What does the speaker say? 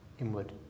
Inward